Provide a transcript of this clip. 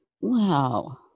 Wow